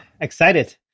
Excited